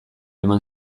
eman